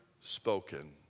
spoken